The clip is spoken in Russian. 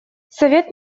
совет